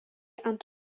ant